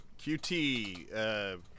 QT